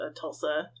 Tulsa